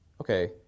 okay